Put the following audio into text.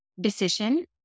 decision